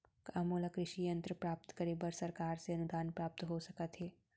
का मोला कृषि यंत्र प्राप्त करे बर सरकार से अनुदान प्राप्त हो सकत हे?